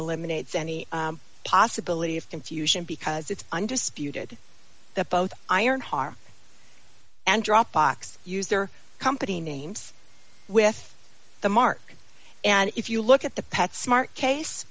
eliminates any possibility of confusion because it's undisputed that both iron harm and dropbox use their company names with the mark and if you look at the pet smart case